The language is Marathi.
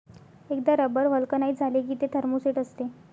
एकदा रबर व्हल्कनाइझ झाले की ते थर्मोसेट असते